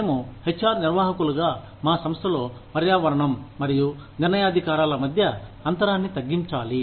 మేము H R నిర్వాహకులుగా మా సంస్థలో పర్యావరణం మరియు నిర్ణయాధికారాల మధ్య అంతరాన్ని తగ్గించాలి